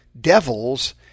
devils